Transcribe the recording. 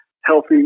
healthy